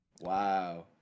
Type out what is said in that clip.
Wow